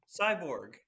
Cyborg